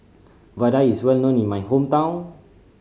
vadai is well known in my hometown